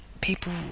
people